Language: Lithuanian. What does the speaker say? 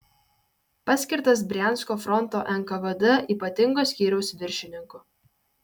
paskirtas briansko fronto nkvd ypatingo skyriaus viršininku